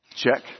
Check